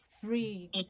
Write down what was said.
three